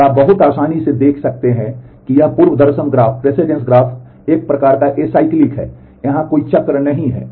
और आप बहुत आसानी से देख सकते हैं कि यह पूर्वदर्शन ग्राफ एक प्रकार का acyclic है जिसका यहाँ कोई चक्र नहीं है